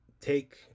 take